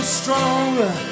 stronger